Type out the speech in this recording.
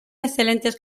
excelentes